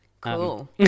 Cool